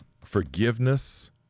forgiveness